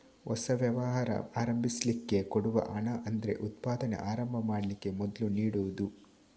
ಹೊಸ ವ್ಯವಹಾರ ಆರಂಭಿಸ್ಲಿಕ್ಕೆ ಕೊಡುವ ಹಣ ಅಂದ್ರೆ ಉತ್ಪಾದನೆ ಆರಂಭ ಮಾಡ್ಲಿಕ್ಕೆ ಮೊದ್ಲು ನೀಡುದು